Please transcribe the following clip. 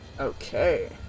Okay